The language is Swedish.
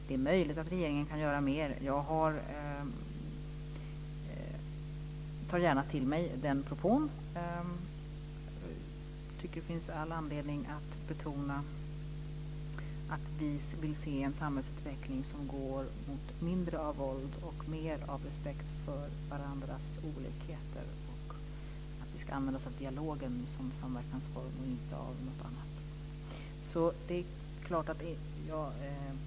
Det är möjligt att regeringen kan göra mer. Jag tar gärna till mig den propån. Jag tycker att det finns all anledning att betona att vi vill se en samhällsutveckling som går mot mindre av våld och mer av respekt för varandras olikheter. Vi ska använda oss av dialogen som samverkansform, och inte av något annat.